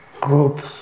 groups